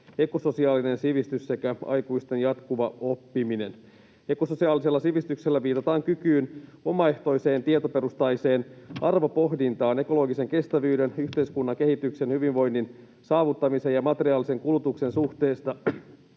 ekososiaalinen sivistys sekä aikuisten jatkuva oppiminen. Ekososiaalisella sivistyksellä viitataan kykyyn omaehtoiseen tietoperustaiseen arvopohdintaan ekologisen kestävyyden, yhteiskunnan kehityksen, hyvinvoinnin saavuttamisen ja materiaalisen kulutuksen suhteista